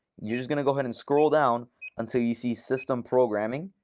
you're just going to go ahead and scroll down until you see system programming.